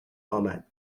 امدبه